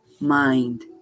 mind